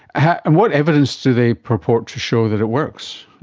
and what evidence do they purport to show that it works?